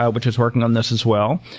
yeah which is working on this as well.